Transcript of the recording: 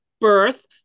birth